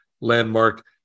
landmark